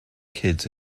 kids